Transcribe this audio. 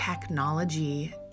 technology